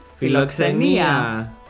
Philoxenia